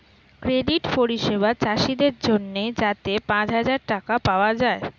credit পরিষেবা চাষীদের জন্যে যাতে পাঁচ হাজার টাকা পাওয়া যায়